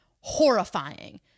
Horrifying